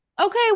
okay